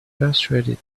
persuaded